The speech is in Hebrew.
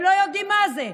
הם לא יודעים מה זה,